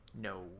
No